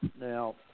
Now